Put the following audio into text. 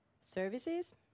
services